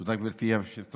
תודה, גברתי היושבת-ראש.